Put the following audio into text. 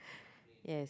yes